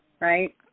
Right